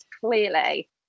clearly